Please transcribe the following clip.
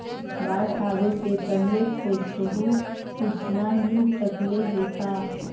बाढ़ आवे से पहले कैसहु सुचना मिल सकले हे का?